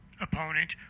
opponent